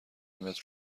متر